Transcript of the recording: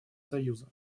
союза